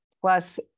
plus